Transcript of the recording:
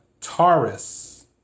Taurus